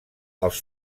els